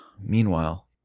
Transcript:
meanwhile